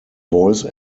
voice